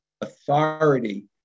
authority